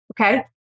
Okay